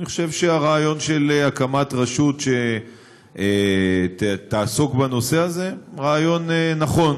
אני חושב שהרעיון של הקמת רשות שתעסוק בנושא הזה הוא רעיון נכון.